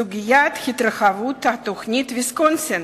סוגיית התרחבות תוכנית ויסקונסין